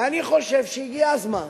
ואני חושב שהגיע הזמן